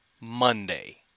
Monday